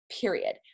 period